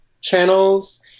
channels